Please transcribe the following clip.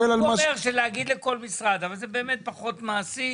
להגיד לכל משרד לשים בצד זה פחות מעשי.